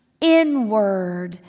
inward